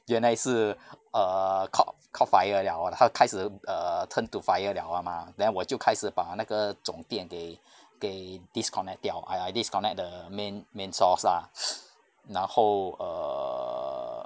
原来是 err caugh~ caught fire liao 了它开始 err turn to fire liao 了 mah then 我就开始把那个总店给给 disconnect 掉 !aiya! I disconnect 的 main main source lah 然后 err